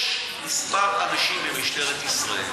יש כמה אנשים במשטרת ישראל,